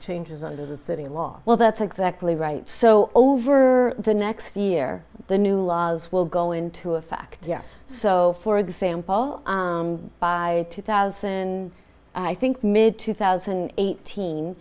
changes under the city law well that's exactly right so over the next year the new laws will go into effect yes so for example by two thousand i think mid two thousand eighteen